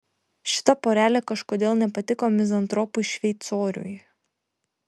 šita porelė kažkodėl nepatiko mizantropui šveicoriui